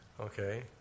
Okay